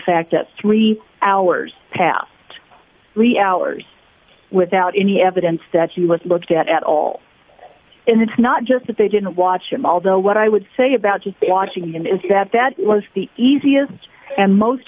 fact that three hours passed the hours without any evidence that he was looked at at all it's not just that they didn't watch him although what i would say about just watching him is that that was the easiest and most